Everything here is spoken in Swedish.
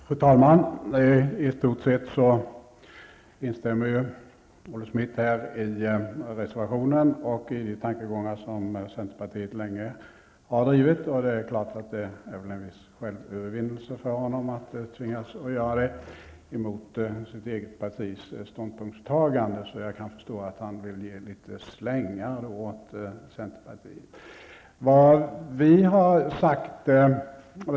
Fru talman! I stort sett instämmer ju Olle Schmidt i reservationen och i tankegångar som centerpartiet länge har drivit. Det är klart att det innebär en viss självövervinnelse för honom att tvingas göra det, emot sitt eget partis ståndpunktstagande, så jag kan förstå att han vill ge litet slängar åt centerpartiet.